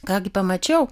ką gi pamačiau